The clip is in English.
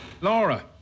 Laura